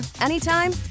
anytime